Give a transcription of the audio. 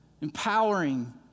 empowering